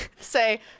Say